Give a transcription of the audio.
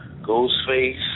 Ghostface